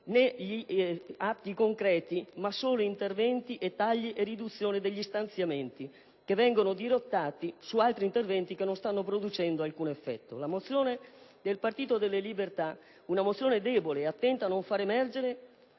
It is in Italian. né atti concreti, ma solo interventi di tagli e riduzioni degli stanziamenti che vengono dirottati su altri interventi che non stanno producendo alcun effetto. La mozione del Popolo della Libertà è debole, attenta a non far emergere